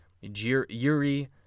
Yuri